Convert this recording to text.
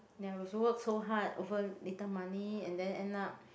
ya we have to work so hard over little money and then end up